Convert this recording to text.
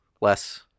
less